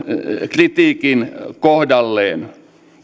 kritiikin kohdalleen